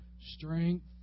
strength